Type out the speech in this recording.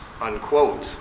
unquote